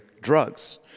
drugs